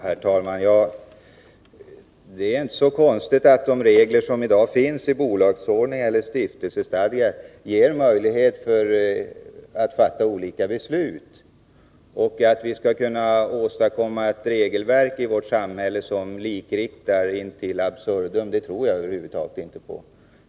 Herr talman! Det är inte så konstigt att de regler som i dag finns i bolagsordning eller stiftelsestadgar ger möjlighet att fatta olika beslut. Att vi skulle åstadkomma ett regelverk i vårt samhälle som likriktar in absurdum tror jag över huvud taget inte på.